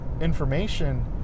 information